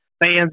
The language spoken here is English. fans